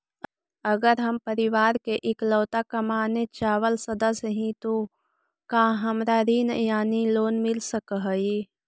अगर हम परिवार के इकलौता कमाने चावल सदस्य ही तो का हमरा ऋण यानी लोन मिल सक हई?